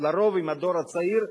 על-פי רוב עם הדור הצעיר,